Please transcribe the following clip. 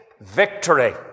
victory